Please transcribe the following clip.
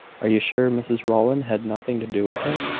are you sure mrs rowland had nothing to do with it?